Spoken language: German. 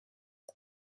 ich